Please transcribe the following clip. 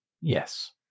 Yes